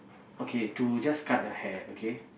okay to just cut the hair okay